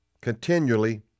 continually